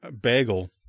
bagel